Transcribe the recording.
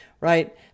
right